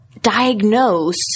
diagnose